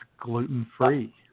gluten-free